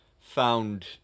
found